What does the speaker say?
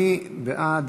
מי בעד?